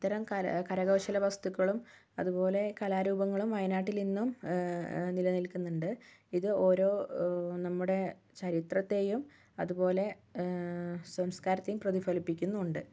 ഇത്തരം കരകൗശല വസ്തുക്കളും അതുപോലെ കലാരൂപങ്ങളും വയനാട്ടിൽ ഇന്നും നിലനിൽക്കുന്നുണ്ട് ഇത് ഓരോ നമ്മുടെ ചരിത്രത്തെയും അതുപോലെ സംസ്കാരത്തെയും പ്രതിഫലിപ്പിക്കുന്നുണ്ട്